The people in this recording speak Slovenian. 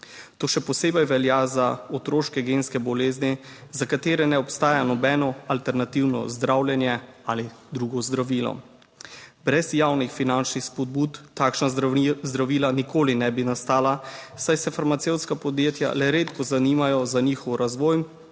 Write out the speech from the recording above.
To še posebej velja za otroške genske bolezni, za katere ne obstaja nobeno alternativno zdravljenje ali drugo zdravilo. Brez javnih finančnih spodbud takšna zdravila nikoli ne bi nastala, saj se farmacevtska podjetja le redko zanimajo za njihov razvoj,